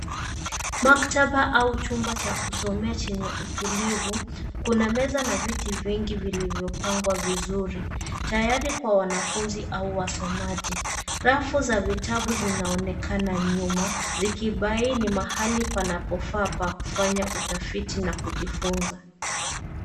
Maktaba, au chumba cha kusomea chenye utulivu, kuna meza na viti vingi vilivyopangwa vizuri, tayari kwa wanafunzi, au wasomaji. Rafu za vitabu zinaonekana nyuma, zikibaini mahali panapofaa pa kufanya utafiti na kujifunza.